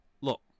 Look